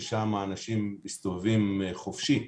ששם האנשים מסתובבים חופשי,